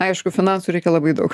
aišku finansų reikia labai daug